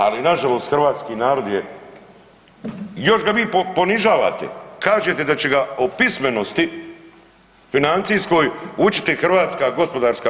Ali nažalost hrvatski narod je, još ga vi ponižavate, kažete da će ga o pismenosti financijskoj učiti HGK.